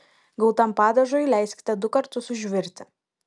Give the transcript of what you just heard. gautam padažui leiskite du kartus užvirti